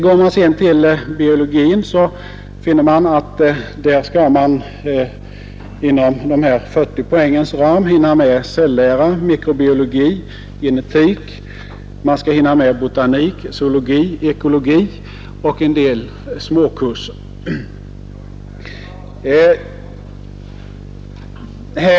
Går man sedan till biologin, så finner man att studenterna där inom de 40 poängens ram skall hinna med cellära, mikrobiologi, genetik, botanik, zoologi, ekologi och en del småkurser.